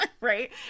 Right